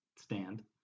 stand